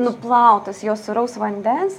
nuplautas jo sūraus vandens